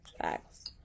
Facts